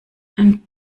ein